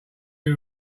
you